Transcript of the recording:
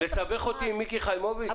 ולסבך אותי עם מיקי חיימוביץ'?